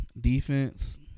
defense